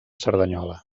cerdanyola